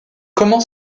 comment